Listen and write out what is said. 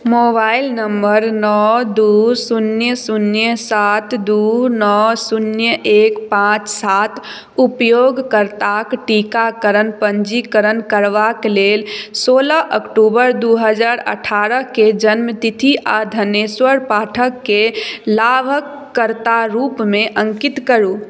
mobile number नओ दू शून्य शून्य सात दू नओ शून्य एक पाँच सात उपयोगकर्ताक टीकाकरण पंजीकरण करबाक लेल सोलह अक्टूबर दू हजार अठारहके जन्मतिथि आओर धनेश्वर पाठकके लाभकर्ताक रूपमे अङ्कित करू